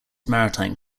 maritime